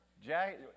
Jack